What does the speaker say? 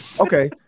Okay